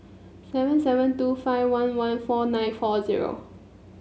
seven seven two five one one four nine four zero